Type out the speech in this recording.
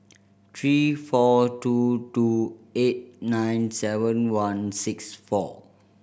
three four two two eight nine seven one six four